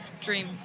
dream